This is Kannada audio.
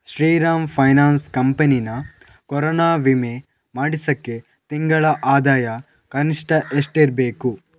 ಶ್ರೀರಾಮ್ ಫೈನಾನ್ಸ್ ಕಂಪನಿಯ ಕೊರೋನಾ ವಿಮೆ ಮಾಡಿಸೋಕ್ಕೆ ತಿಂಗಳ ಆದಾಯ ಕನಿಷ್ಠ ಎಷ್ಟಿರಬೇಕು